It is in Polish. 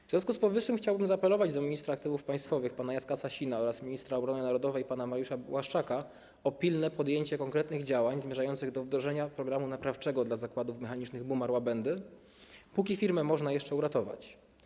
W związku z powyższym chciałbym zaapelować do ministra aktywów państwowych pana Jacka Sasina oraz ministra obrony narodowej pana Mariusza Błaszczaka o pilne podjęcie konkretnych działań zmierzających do wdrożenia programu naprawczego w Zakładach Mechanicznych Bumar-Łabędy SA, póki firmę można jeszcze uratować.